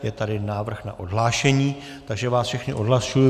Je tedy návrh na odhlášení, takže vás všechny odhlašuji.